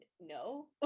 No